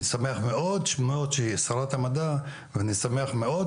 אני שמח מאוד מאוד שהיא שרת המדע ואני שמח מאוד